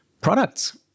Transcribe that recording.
products